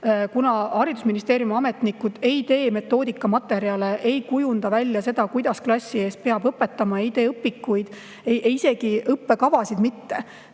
Kuna haridusministeeriumi ametnikud ei tee metoodikamaterjale, ei kujunda välja seda, kuidas klassi ees peab õpetama, ei tee õpikuid ega isegi õppekavasid mitte,